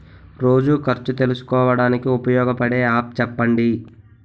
రోజు ఖర్చు తెలుసుకోవడానికి ఉపయోగపడే యాప్ చెప్పండీ?